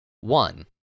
one